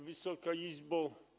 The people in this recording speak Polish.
Wysoka Izbo!